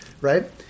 right